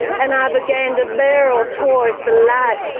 and i began to barrel towards the light,